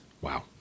Wow